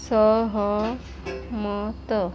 सहमत